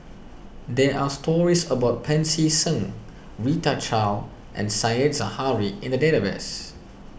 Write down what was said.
there are stories about Pancy Seng Rita Chao and Said Zahari in the database